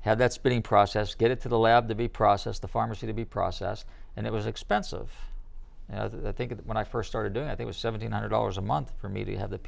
how that's being processed get it to the lab to be processed the pharmacy to be processed and it was expensive and i think that when i first started doing it it was seven hundred dollars a month for me to have the